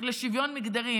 לשוויון מגדרי,